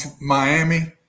Miami